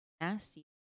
nasty